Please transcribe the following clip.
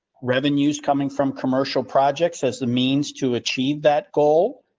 revenues coming from commercial projects as the means to achieve that goal.